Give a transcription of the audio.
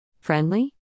Friendly